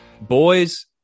Boys